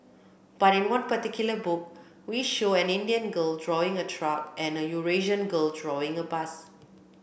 but in one particular book we show an Indian girl drawing a truck and a Eurasian girl drawing a bus